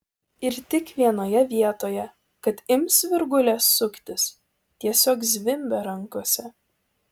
ir tik vienoje vietoje kad ims virgulės suktis tiesiog zvimbia rankose